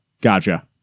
Gotcha